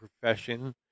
profession